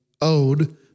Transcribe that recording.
owed